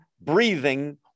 breathing